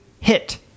hit